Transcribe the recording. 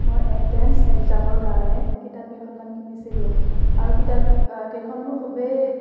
মই এনট্ৰেঞ্চ এক্সামৰ কাৰণে কিতাপকেইখনমান কিনিছিলোঁ আৰু কিতাপ কেইখন মোৰ খুবেই